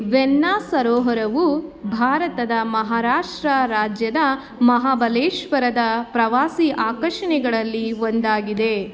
ವೆನ್ನಾ ಸರೋವರವು ಭಾರತದ ಮಹಾರಾಷ್ಟ್ರ ರಾಜ್ಯದ ಮಹಾಬಲೇಶ್ವರದ ಪ್ರವಾಸಿ ಆಕರ್ಷಣೆಗಳಲ್ಲಿ ಒಂದಾಗಿದೆ